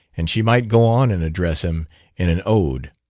and she might go on and address him in an ode.